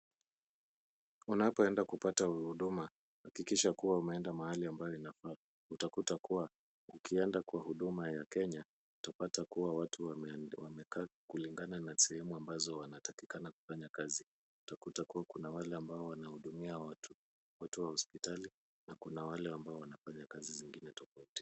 Unapoenda kupata huduma, hakikisha kuwa umeenda mahali ambapo inafaa, utakuta kuwa ukienda kwa Huduma ya Kenya utapata kuwa watu wamekaa kulingana na sehemu ambazo wanatakikana kufanya kazi, utakuta kuwa kuna wale ambao wanahudumia watu, watu wa hospitali na kuna wale ambao wanafanya kazi zingine tofauti.